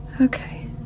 Okay